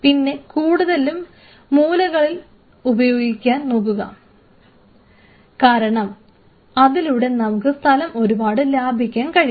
പിന്നെ കൂടുതലും മൂലകൾ ഉപയോഗിക്കാൻ നോക്കുക കാരണം അതിലൂടെ നമുക്ക് സ്ഥലം ഒരുപാട് ലാഭിക്കാൻ കഴിയും